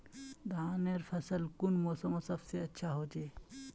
धानेर फसल कुन मोसमोत सबसे अच्छा होचे?